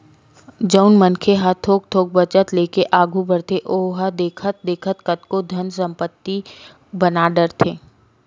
जउन मनखे ह थोक थोक बचत लेके आघू बड़थे ओहा देखथे देखत कतको कन संपत्ति बना डरथे